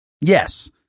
Yes